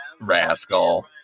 rascal